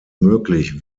möglich